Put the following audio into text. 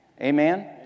Amen